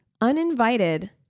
uninvited